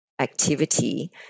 activity